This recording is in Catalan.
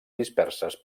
disperses